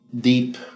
deep